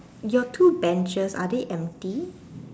your two benches are they empty